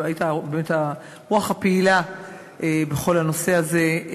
אבל היית הרוח הפעילה בכל הנושא הזה,